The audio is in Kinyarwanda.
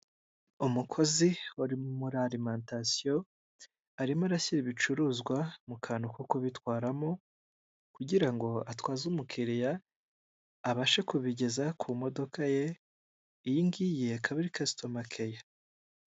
Umukozi uri muri alimantasiyo arimo arashyira ibicuruzwa mu kantu ko kubitwaramo kugira ngo atwaze umukiriya abashe kubigeza ku modoka ye, iyingiyi akab ari kasitomakeya.